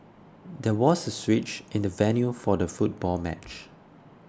there was switch in the venue for the football match